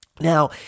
Now